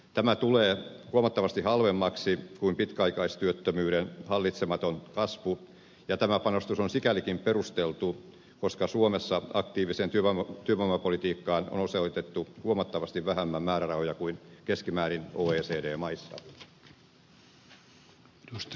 tämä tulee huomattavasti halvemmaksi kuin pitkäaikaistyöttömyyden hallitsematon kasvu ja tämä panostus on sikälikin perusteltu että suomessa aktiiviseen työvoimapolitiikkaan on osoitettu huomattavasti vähemmän määrärahoja kuin keskimäärin oecd maissa